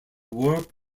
work